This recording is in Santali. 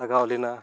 ᱞᱟᱜᱟᱣ ᱞᱮᱱᱟ